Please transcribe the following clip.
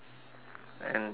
and dim sat